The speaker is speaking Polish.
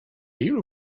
ilu